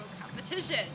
Competition